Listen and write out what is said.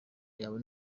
yawe